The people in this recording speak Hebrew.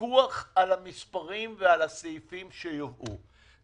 לפקח על המספרים ועל הסעיפים שיובאו.